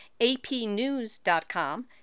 apnews.com